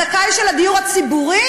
הזכאי של הדיור הציבורי?